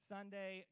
Sunday